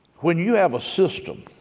when you have a system